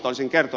ei ole